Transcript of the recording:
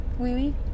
oui